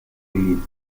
released